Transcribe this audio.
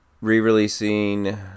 Re-releasing